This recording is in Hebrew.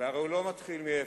הרי הוא לא מתחיל מאפס,